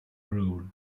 rule